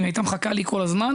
אם היא הייתה מחכה לי כל הזמן,